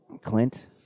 Clint